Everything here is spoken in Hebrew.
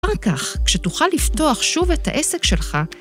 אחר כך, כשתוכל לפתוח שוב את העסק שלך,